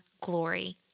glory